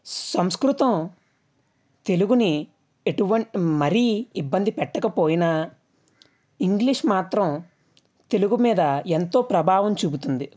సంస్కృతం తెలుగుని ఎటువంటి మరీ ఇబ్బంది పెట్టకపోయినా ఇంగ్లీష్ మాత్రం తెలుగు మీద ఎంతో ప్రభావం చూపుతుంది